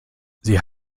sie